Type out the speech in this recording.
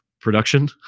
production